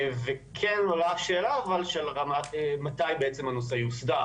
וכן עולה השאלה אבל של מתי בעצם הנושא יוסדר.